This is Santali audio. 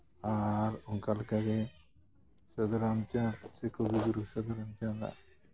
ᱟᱨ ᱚᱱᱠᱟ ᱞᱮᱠᱟᱜᱮ ᱥᱟᱹᱫᱷᱩ ᱨᱟᱢᱪᱟᱸᱫᱽ ᱥᱮ ᱠᱚᱵᱤᱜᱩᱨᱩ ᱥᱟᱹᱫᱷᱩ ᱨᱟᱢᱪᱟᱸᱫᱽ ᱟᱜ